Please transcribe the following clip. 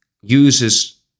uses